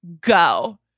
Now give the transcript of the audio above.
go